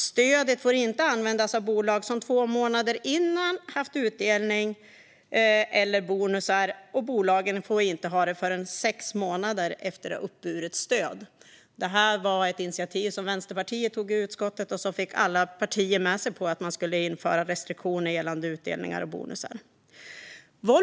Stödet får inte användas av bolag som två månader dessförinnan haft utdelning eller bonusutbetalning, och bolagen får inte ha detta förrän sex månader efter att de uppburit stöd. Detta var ett initiativ som Vänsterpartiet tog i utskottet, och alla partier ställde sig bakom att införa restriktioner gällande utdelningar och bonusar.